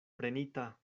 prenita